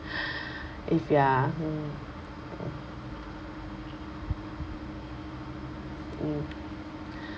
if you are hmm mm